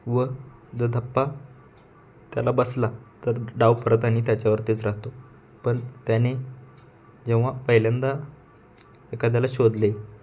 व जर धप्पा त्याला बसला तर डाव परत आणि त्याच्यावरतीच राहतो पण त्याने जेव्हा पहिल्यांदा एखाद्याला शोधले